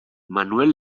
manuel